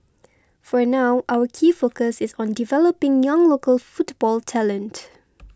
for now our key focus is on developing young local football talent